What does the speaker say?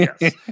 yes